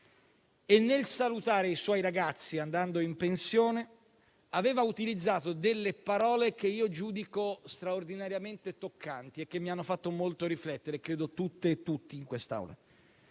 Nel salutare i suoi ragazzi, andando in pensione, aveva utilizzato parole che giudico straordinariamente toccanti e che mi hanno fatto molto riflettere (come credo a tutte e tutti, in quest'Aula).